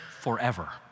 forever